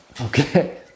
Okay